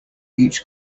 each